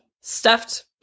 stuffed